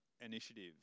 initiative